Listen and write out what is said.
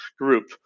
group